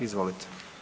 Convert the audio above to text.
Izvolite.